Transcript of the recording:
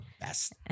best